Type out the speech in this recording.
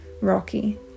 rocky